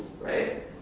Right